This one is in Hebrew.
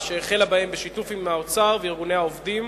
שהחלה בהם בשיתוף עם משרד האוצר וארגוני העובדים,